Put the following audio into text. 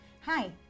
Hi